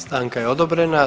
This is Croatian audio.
Stanka je odobrena.